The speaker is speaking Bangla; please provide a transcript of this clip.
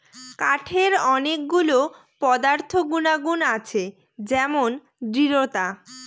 কাঠের অনেক গুলো পদার্থ গুনাগুন আছে যেমন দৃঢ়তা